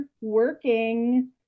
working